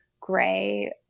gray